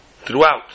throughout